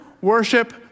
worship